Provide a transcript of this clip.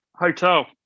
hotel